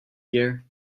year